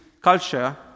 culture